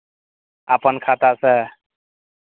अपन खातासँ